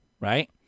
Right